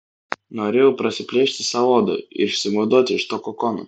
norėjau prasiplėšti sau odą ir išsivaduoti iš to kokono